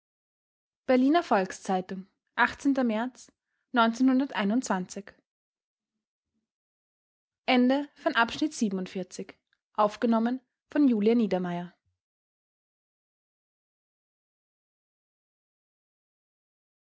berliner volks-zeitung märz